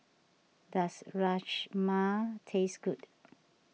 does Rajma taste good